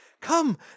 Come